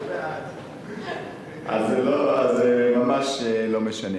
זה ממש לא משנה.